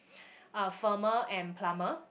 are firmer and plumper